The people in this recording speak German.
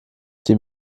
die